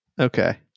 Okay